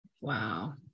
Wow